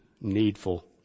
needful